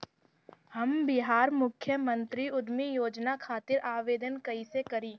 हम बिहार मुख्यमंत्री उद्यमी योजना खातिर आवेदन कईसे करी?